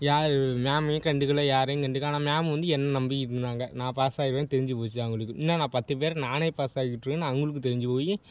யார் மேமையும் கண்டுக்கலை யாரையும் கண்டுக்கலை ஆனால் மேமு வந்து என்னை நம்பி இருந்தாங்க நான் பாஸாகிருவேனு தெரிஞ்சு போச்சு அவங்களுக்கு இன்னும் நான் பத்து பேரை நானே பாஸாக்கிவிட்டுருவேனு அவங்களுக்கு தெரிஞ்சு போய்